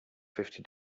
fifty